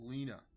Lena